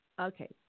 okay